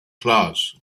class